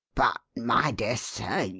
but, my dear sir,